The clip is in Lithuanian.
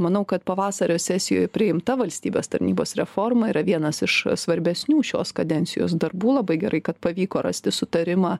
manau kad pavasario sesijoj priimta valstybės tarnybos reforma yra vienas iš svarbesnių šios kadencijos darbų labai gerai kad pavyko rasti sutarimą